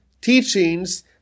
teachings